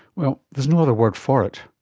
well, there's no other word for it,